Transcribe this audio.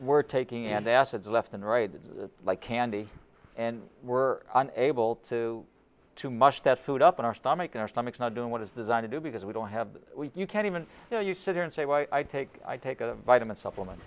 we're taking and acids left and right like candy and we're unable to too much that food up in our stomach in our stomachs not doing what is designed to do because we don't have you can't even so you sit there and say why i take i take a vitamin supplement